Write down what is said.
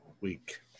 week